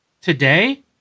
Today